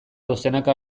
dozenaka